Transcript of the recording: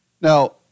Now